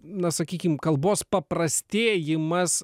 na sakykim kalbos paprastėjimas